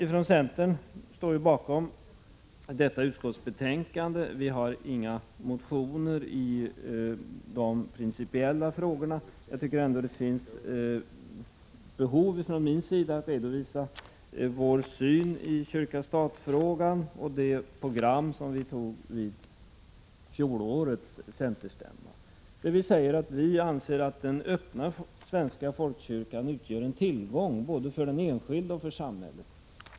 I Från centerns sida står vi bakom detta betänkande. Vi har inga motioner i de principiella frågorna. Jag har ändå ett behov av att redovisa vår syn på stat-kyrka-frågan och redogöra för det program som vi tog vid fjolårets centerstämma. Vi anser att den öppna svenska folkkyrkan utgör en tillgång för både den enskilde och samhället.